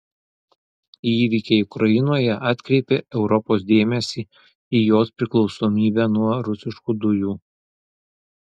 įvykiai ukrainoje atkreipė europos dėmesį į jos priklausomybę nuo rusiškų dujų